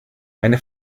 meine